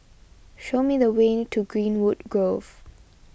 show me the way to Greenwood Grove